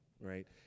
right